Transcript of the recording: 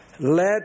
Let